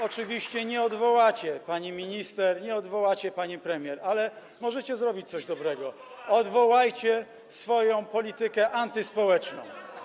Oczywiście nie odwołacie pani minister, nie odwołacie pani premier, ale możecie zrobić coś dobrego: odwołajcie swoją politykę antyspołeczną.